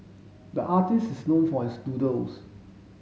the artist is known for his doodles